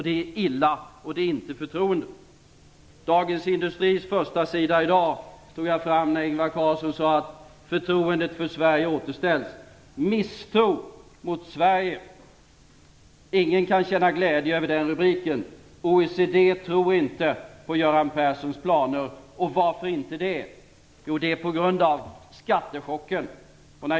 Det är illa och inte förtroendeingivande. Jag tog fram Dagens Industris förstasida i dag när Ingvar Carlsson sade att förtroendet för Sverige är återställt. Där lyder rubriken: "Misstro mot Sverige". Ingen kan känna glädje över den rubriken. OECD tror inte på Göran Perssons planer. Och varför inte det? Jo, det beror på skattechocken.